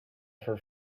for